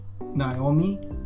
Naomi